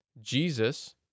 Jesus